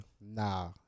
Nah